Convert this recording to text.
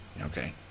okay